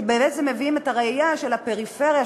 שבעצם מביאים את הראייה של הפריפריה,